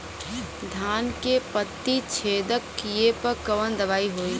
धान के पत्ती छेदक कियेपे कवन दवाई होई?